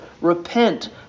Repent